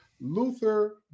Luther